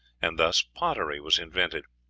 and thus pottery was invented.